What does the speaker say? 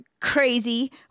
crazy